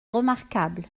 remarquable